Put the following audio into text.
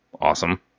awesome